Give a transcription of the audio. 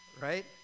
Right